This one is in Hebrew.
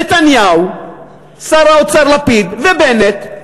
נתניהו, שר האוצר לפיד ובנט,